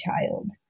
child